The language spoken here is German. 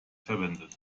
verwendet